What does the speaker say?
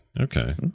Okay